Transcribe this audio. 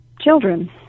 children